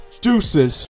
Deuces